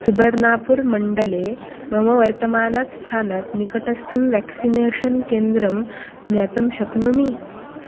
सुबर्नापुरमण्डले मम वर्तमानात् स्थानात् निकटस्थं व्याक्सिनेषन् केन्द्रं ज्ञातुं शक्नोमि